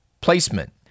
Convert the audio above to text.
placement